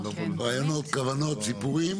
רעיונות כוונות סיפורים?